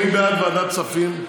מי בעד ועדת הכספים?